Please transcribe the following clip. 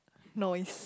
noise